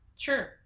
Sure